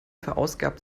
verausgabt